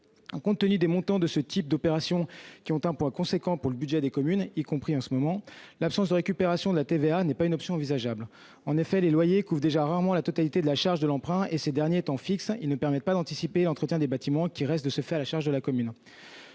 Compte tenu des montants de ce type d'opérations, qui ont un poids considérable pour le budget des communes, notamment en ce moment, l'absence de récupération de la TVA n'est pas une option envisageable. En effet, les loyers couvrent déjà rarement la totalité de la charge de l'emprunt, et, comme ils sont fixes, ils ne permettent pas d'anticiper l'entretien des bâtiments, qui reste de ce fait à la charge de la commune.